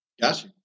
Gotcha